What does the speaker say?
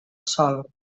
sòl